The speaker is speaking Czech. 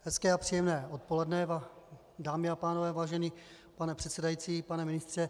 Hezké a příjemné odpoledne, dámy a pánové, vážený pane předsedající i pane ministře.